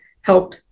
help